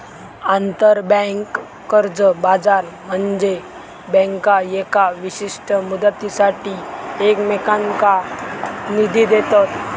आंतरबँक कर्ज बाजार म्हनजे बँका येका विशिष्ट मुदतीसाठी एकमेकांनका निधी देतत